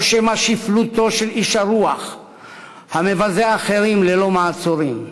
או שמא שפלותו של איש הרוח המבזה אחרים ללא מעצורים.